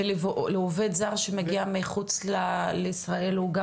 ועובד זר שמגיע מחוץ לישראל אנחנו גם